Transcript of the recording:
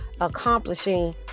accomplishing